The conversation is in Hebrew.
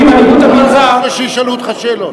אני לא רוצה שישאלו אותך שאלות.